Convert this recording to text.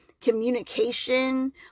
communication